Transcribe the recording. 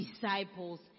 disciples